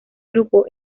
grupo